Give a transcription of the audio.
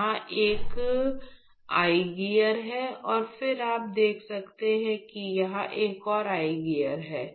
यह एक eye gear है और फिर आप देख सकते हैं कि यहां एक और आई गियर है